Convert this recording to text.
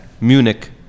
Munich